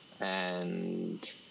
and-